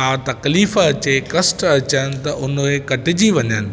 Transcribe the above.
का तकलीफ़ु अचे कष्ट अचनि त उन जा कटिजी वञनि